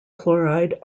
chloride